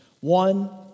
One